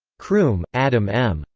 croom, adam m.